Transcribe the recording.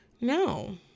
No